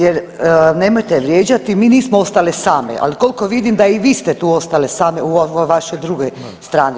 Jer nemojte vrijeđati, mi nismo ostale same, ali koliko vidim da i vi ste ostale same u ovoj vašoj drugoj strani.